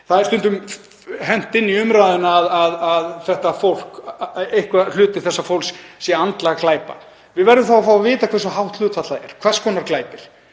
Því er stundum hent inn í umræðuna að einhver hluti þessa fólks sé fórnarlamb glæpa. Við verðum að fá að vita hversu hátt hlutfall það er, hvers konar glæpir,